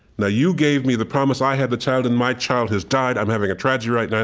now, you gave me the promise, i have a child, and my child has died. i'm having a tragedy right now.